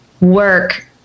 work